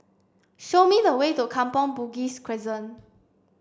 show me the way to Kampong Bugis Crescent